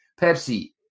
Pepsi